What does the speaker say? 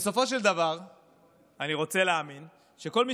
בסופו של דבר אני רוצה להאמין שכל מי